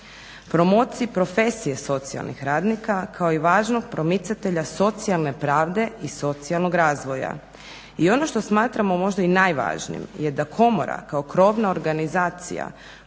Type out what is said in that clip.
promociji profesije socijalnih radnika kao i važnog promicatelja socijalne pravde i socijalnog razvoja. I ono što smatramo možda i najvažnijim je da komora kao krovna organizacija